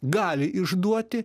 gali išduoti